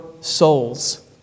souls